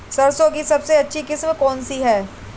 सरसों की सबसे अच्छी किस्म कौन सी है?